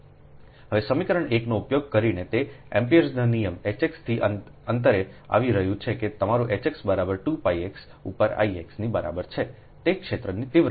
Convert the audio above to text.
હવે સમીકરણ ૧ નો ઉપયોગ કરીને તે એમ્પીઅર્સ નિયમ Hx થી અંતરે આવી રહ્યું છે કે તમારું H x બરાબર 2 pi x ઉપર I x ની બરાબર છેતે ક્ષેત્રની તીવ્રતા